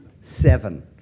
Seven